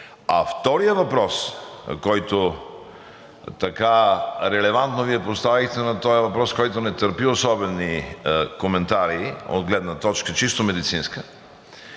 По втория въпрос, който така релевантно поставихте – този въпрос, който не търпи особени коментари от чисто медицинска